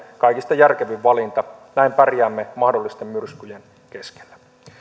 on kaikista järkevin valinta näin pärjäämme mahdollisten myrskyjen keskellä